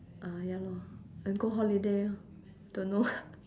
uh ya lor and go holiday orh don't know